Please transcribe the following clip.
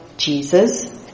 Jesus